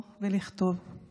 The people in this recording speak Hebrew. שנמצאת בה מערכת הבריאות